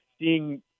seeing